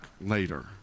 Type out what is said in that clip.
later